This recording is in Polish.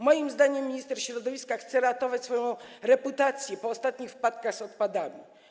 Moim zdaniem minister środowiska chce ratować swoją reputację po ostatnich wpadkach z odpadami.